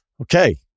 Okay